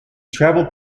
travelled